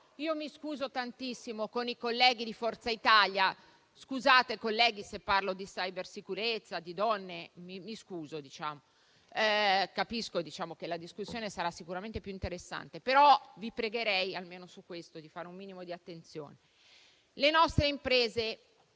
Mi scuso tantissimo con i colleghi di Forza Italia, se parlo di cybersicurezza e di donne. Capisco che la discussione sarà sicuramente più interessante, però vi pregherei, almeno su questo, di fare un minimo di attenzione. Le nostre imprese